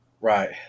Right